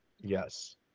Yes